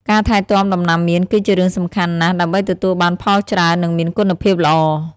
ការថែទាំដំណាំមៀនគឺជារឿងសំខាន់ណាស់ដើម្បីទទួលបានផលច្រើន និងមានគុណភាពល្អ។